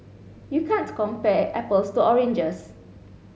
you can't compare apples to oranges